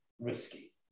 risky